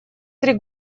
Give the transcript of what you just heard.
три